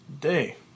Day